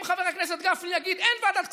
אם חבר הכנסת יגיד: אין ועדת כספים,